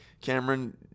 cameron